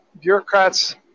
bureaucrats